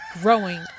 growing